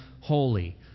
holy